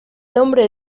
nombre